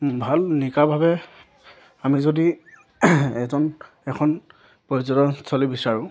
ভাল নিকাভাৱে আমি যদি এজন এখন পৰ্যটনস্থলী বিচাৰোঁ